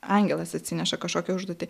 angelas atsineša kažkokią užduotį